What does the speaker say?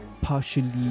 partially